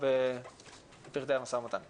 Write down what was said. אני פותח את ישיבת ועדת החינוך, התרבות והספורט.